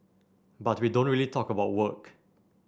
but we don't really talk about work